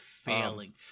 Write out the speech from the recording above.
failing